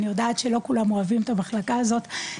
אני יודעת שלא כולם אוהבים את המחלקה הזאת,